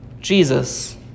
Jesus